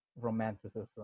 romanticism